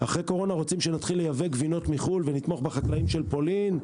אחרי זה רוצים שנתחיל לייבא גבינות מחו"ל ונתמוך בחקלאים של פולין,